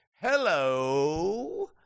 hello